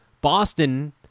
Boston